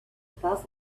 above